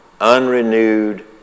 Unrenewed